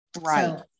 right